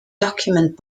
document